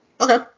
Okay